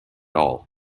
all